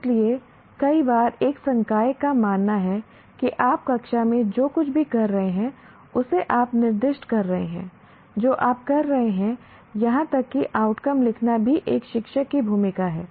इसलिए कई बार एक संकाय का मानना है कि आप कक्षा में जो कुछ भी कर रहे हैं उसे आप निर्दिष्ट कर रहे हैं जो आप कह रहे हैं यहां तक कि आउटकम लिखना भी एक शिक्षक की भूमिका है